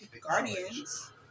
guardians